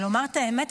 ולומר את האמת,